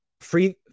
free